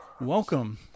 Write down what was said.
Welcome